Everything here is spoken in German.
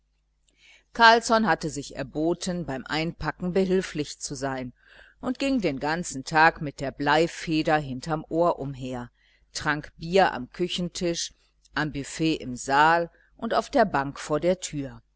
carlsson hatte sich erboten beim einpacken behilflich zu sein und ging den ganzen tag mit der bleifeder hinterm ohr umher trank bier am küchentisch am büfett im saal und auf der bank vor der tür